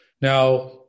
Now